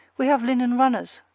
we have linen runners,